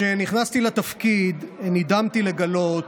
כשנכנסתי לתפקיד נדהמתי לגלות